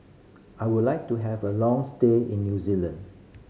I would like to have a long stay in New Zealand